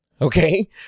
okay